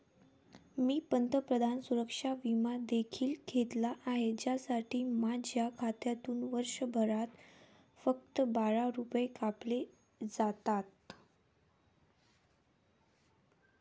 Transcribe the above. मी पंतप्रधान सुरक्षा विमा देखील घेतला आहे, ज्यासाठी माझ्या खात्यातून वर्षभरात फक्त बारा रुपये कापले जातात